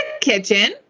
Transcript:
kitchen